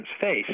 face